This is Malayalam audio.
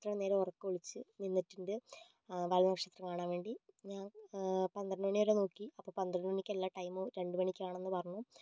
അത്രേം നേരം ഉറക്കമൊഴിച്ച് നിന്നിട്ടുണ്ട് വാൽനക്ഷത്രം കാണാൻവേണ്ടി ഞാൻ പന്ത്രണ്ട് മണി വരെ നോക്കി അപ്പോൾ പന്ത്രണ്ട് മണിക്കല്ലാ ടൈമ് രണ്ട് മണിക്കാണെന്ന് പറഞ്ഞു